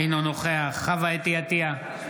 אינו נוכח חוה אתי עטייה,